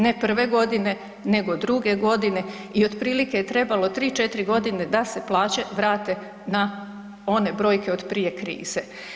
Ne prve godine, nego druge godine i otprilike je trebalo 3, 4 godine da se plaće vrate na one brojke od prije krize.